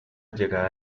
llegada